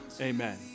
Amen